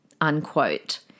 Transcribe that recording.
unquote